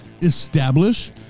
establish